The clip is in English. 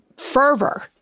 fervor